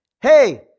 Hey